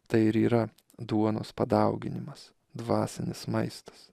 tai ir yra duonos padauginimas dvasinis maistas